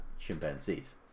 chimpanzees